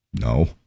No